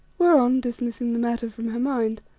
whereon, dismissing the matter from her mind,